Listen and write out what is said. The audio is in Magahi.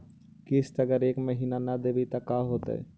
किस्त अगर एक महीना न देबै त का होतै?